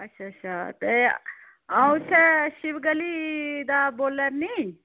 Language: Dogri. अच्छा अच्छा ते आ'ऊं उत्थै शिव गली दा बोल्ला'रनी